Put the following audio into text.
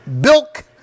bilk